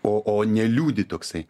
o o neliūdi toksai